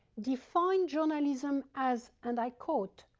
defined journalism as, and i quote,